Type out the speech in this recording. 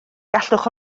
gallwch